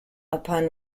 upon